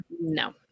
no